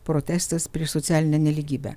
protestas prieš socialinę nelygybę